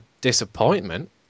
disappointment